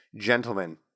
gentlemen